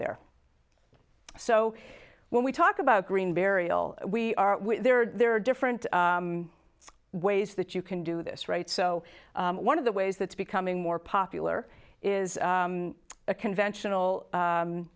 there so when we talk about green burial we are there there are different ways that you can do this right so one of the ways that's becoming more popular is a conventional